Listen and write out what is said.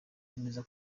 yemeza